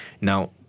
Now